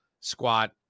squat